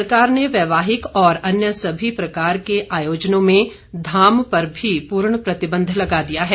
सरकार ने वैवाहिक और अन्य सभी प्रकार के आयोजनों में धाम पर भी पूर्ण प्रतिबंध लगा दिया है